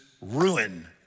ruin